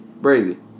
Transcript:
Brazy